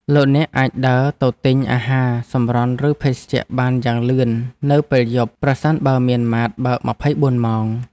លោកអ្នកអាចដើរទៅទិញអាហារសម្រន់ឬភេសជ្ជៈបានយ៉ាងលឿននៅពេលយប់ប្រសិនបើមានម៉ាតបើកម្ភៃបួនម៉ោង។